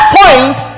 point